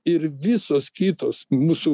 ir visos kitos mūsų